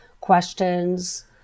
questions